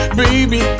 baby